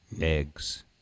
eggs